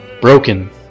broken